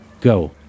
go